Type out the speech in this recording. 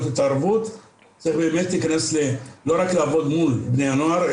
התערבות צריך לא רק לעבוד מול בני הנוער,